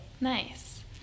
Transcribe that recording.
nice